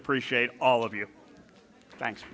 appreciate all of you thanks